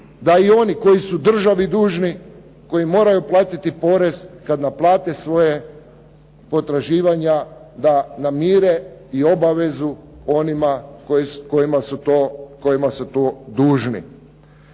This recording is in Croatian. da i oni koji su državi dužni, koji moraju platiti porez, kad naplate svoja potraživanja da namire i obavezu onima kojima su to dužni.